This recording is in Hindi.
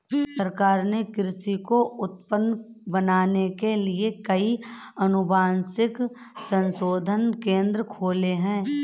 सरकार ने कृषि को उन्नत बनाने के लिए कई अनुवांशिक संशोधन केंद्र खोले हैं